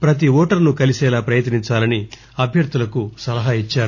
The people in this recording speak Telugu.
ప్రతి ఓటరును కలిసేలా ప్రయత్నించాలని అభ్యర్దులకు సలహా ఇచ్చారు